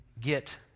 get